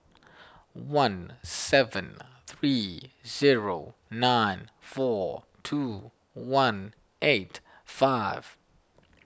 one seven three zero nine four two one eight five